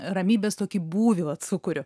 ramybės tokį būvį vat sukuriu